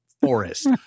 forest